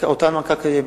אותה הנמקה קיימת.